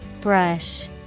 Brush